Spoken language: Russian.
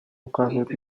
указывают